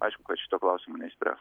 aišku kad šito klausimo neišspręs